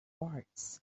parts